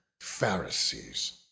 Pharisees